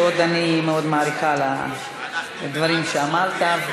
אני מאוד מעריכה את הדברים שאמרת.